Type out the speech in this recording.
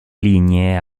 lignee